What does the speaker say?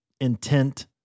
intent